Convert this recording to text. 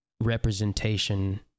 representation